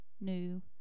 new